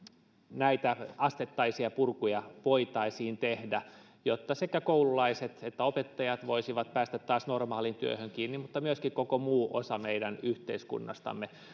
näitä asteittaisia purkuja voitaisiin tehdä jotta sekä koululaiset että opettajat voisivat päästä taas normaaliin työhön kiinni mutta myöskin koko muu osa meidän yhteiskunnastamme